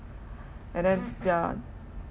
and then yeah